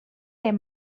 les